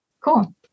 Cool